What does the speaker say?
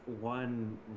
one